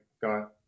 got